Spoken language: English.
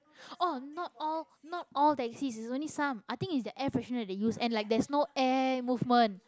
oh not all not all taxis it's only some I think it's the air freshener they use and like there's no air movement